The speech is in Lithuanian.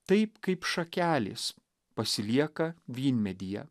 taip kaip šakelės pasilieka vynmedyje